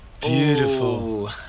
Beautiful